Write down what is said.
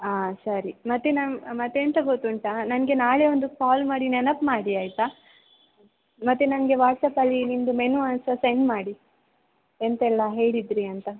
ಆಂ ಸರಿ ಮತ್ತು ನಮ್ಮ ಮತ್ತು ಎಂತ ಗೊತ್ತುಂಟಾ ನನಗೆ ನಾಳೆ ಒಂದು ಕಾಲ್ ಮಾಡಿ ನೆನಪು ಮಾಡಿ ಆಯಿತಾ ಮತ್ತು ನನಗೆ ವಾಟ್ಸ್ಆ್ಯಪ್ಪಲ್ಲಿ ನಿಮ್ಮದು ಮೆನು ಸಹ ಸೆಂಡ್ ಮಾಡಿ ಎಂತೆಲ್ಲ ಹೇಳಿದಿರಿ ಅಂತ